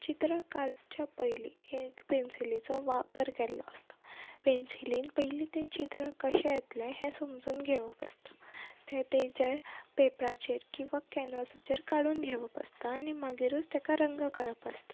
चित्रां काडच्या पयलीं एक पेन्सीलीचो वापर केल्लो आसता पेन्सीलीन तें पयलीं चित्र कशें येतलें हें समजून घेवप आसता तें ताच्या पेपराचेर वा केन्वासाचेर काडून घेवप आसता आनी मागीरच ताका रंग करप आसता